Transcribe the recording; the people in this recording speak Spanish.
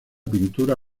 pintura